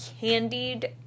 candied